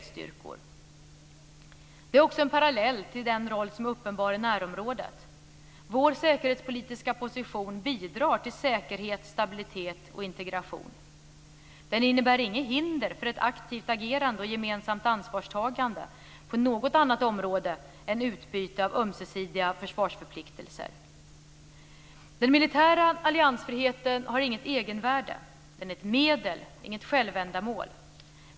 Det är också en parallell till den roll som är uppenbar i närområdet. Vår säkerhetspolitiska position bidrar till säkerhet, stabilitet och integration. Den innebär inget hinder för ett aktivt agerande och gemensamt ansvarstagande på något annat område än utbyte av ömsesidiga försvarsförpliktelser. Den militära alliansfriheten har inget egenvärde. Den är ett medel, inget självändamål.